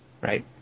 Right